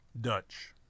Dutch